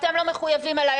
אתם לא מחויבים אליי,